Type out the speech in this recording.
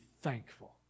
thankful